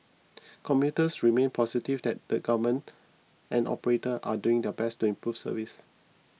commuters remained positive that the government and operators are doing their best to improve service